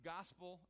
Gospel